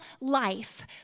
life